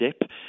dip